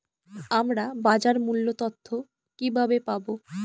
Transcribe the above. আমরা বাজার মূল্য তথ্য কিবাবে পাবো?